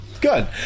Good